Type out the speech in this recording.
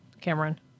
Cameron